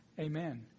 Amen